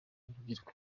n’urubyiruko